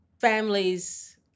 families